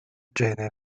genere